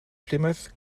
plymouth